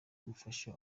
gufasha